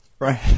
Right